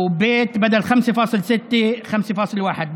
ו-(ב) במקום 5.6% מהסכום הבסיסי צריך שיהיה 5.1% מהשכר הממוצע.